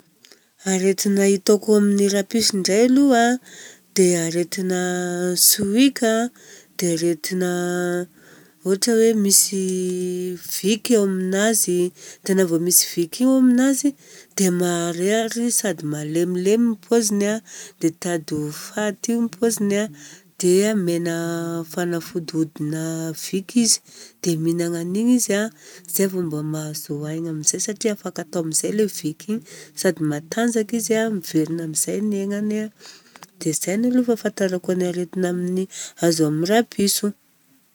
Aretina hitako amin'ny rapiso indray aloha an, dia aretina sohika an, dia aretina ohatra hoe misy viky aminazy. Dia na vô misy viky io aminazy, dia marary izy sady malemilemy ny pôziny an, dia tady ho faty ny pôziny an, dia omena fagnafody odina viky izy. Dia minagna an'igny izy an, zay vao mba mahazo aigna amizay satria afaka tamizay le viky igny sady matanjaka izy an, miverina amizay ny aignany an. Dia zay aloha ny fahafantarako ny aretina amin'ny, azo amin'ny rapiso.